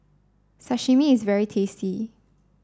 Sashimi is very tasty